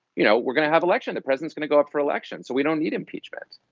you know, we're going to have election. the president going to go up for election so we don't need impeachment,